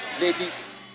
Ladies